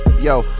Yo